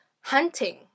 hunting